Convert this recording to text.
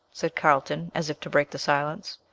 said carlton, as if to break the silence.